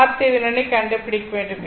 RThevenin ஐ கண்டுபிடிக்க வேண்டும்